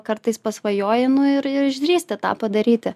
kartais pasvajoji nu ir išdrįsti tą padaryti